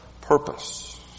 purpose